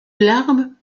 larme